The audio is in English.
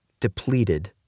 depleted